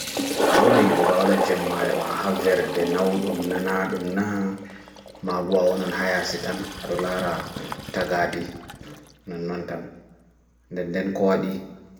A ɓuran yiɗugo a waɗa jemmare ha veerɗe nauɗum nana ɗum naa maaɓo a wonan ha yaasi tan aɗo laara tagaɗi nonnon tan nɗen nɗe ko waɗi